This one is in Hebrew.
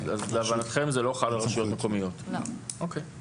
אם כן, להבנתכם זה לא חל על רשויות מקומיות.